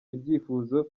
ibyifuzo